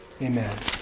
Amen